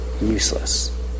Useless